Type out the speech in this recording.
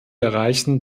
erreichen